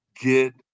Get